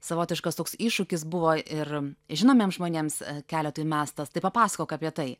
savotiškas toks iššūkis buvo ir žinomiems žmonėms keletui mestas tai papasakok apie tai